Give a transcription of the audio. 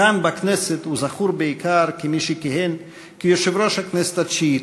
כאן בכנסת הוא זכור בעיקר כמי שכיהן כיושב-ראש הכנסת התשיעית,